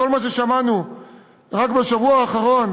כל מה ששמענו רק בשבוע האחרון